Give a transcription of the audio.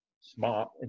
smart